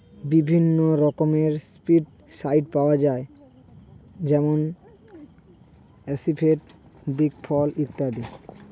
বিভিন্ন রকমের পেস্টিসাইড পাওয়া যায় যেমন আসিফেট, দিকফল ইত্যাদি